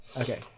okay